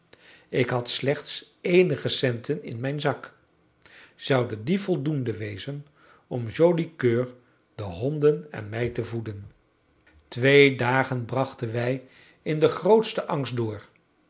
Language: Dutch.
ik had slechts eenige centen in mijn zak zouden die voldoende wezen om joli coeur de honden en mij te voeden twee dagen brachten wij in den grootsten angst door